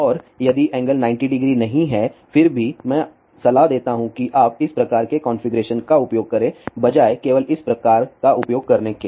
और यदि एंगल 900 नहीं है फिर भी मैं सलाह देता हूं कि आप इस प्रकार के कॉन्फ़िगरेशन का उपयोग करें बजाए केवल इस प्रकार का उपयोग करने के